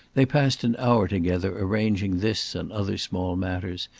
they passed an hour together arranging this and other small matters,